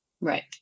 Right